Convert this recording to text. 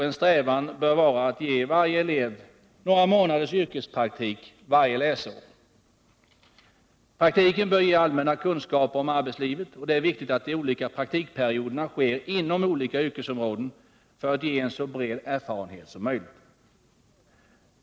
En strävan bör vara att ge varje elev några månaders yrkespraktik varje läsår. Praktiken bör ge allmänna kunskaper om arbetslivet, och det är viktigt att de olika praktikperioderna gäller olika yrkesområden för att ge så bred erfarenhet som möjligt.